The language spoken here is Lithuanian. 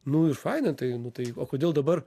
nu ir faina tai nu tai o kodėl dabar